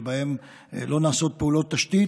שבהם לא נעשות פעולות תשתית,